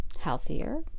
healthier